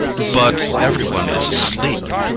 but every one is asleep.